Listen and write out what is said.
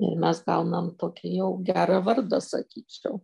ir mes gaunam tokį jau gerą vardą sakyčiau